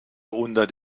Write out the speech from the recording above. unter